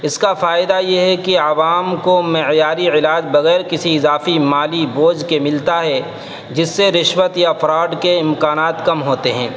اس کا فائدہ یہ ہے کہ عوام کو معیاری علاج بغیر کسی اضافی مالی بوجھ کے ملتا ہے جس سے رشوت یا فراڈ کے امکانات کم ہوتے ہیں